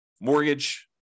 mortgage